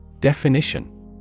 Definition